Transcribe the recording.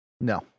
no